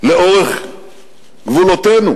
לאורך גבולותינו